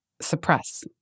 suppress